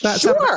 Sure